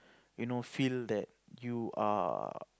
you know feel that you are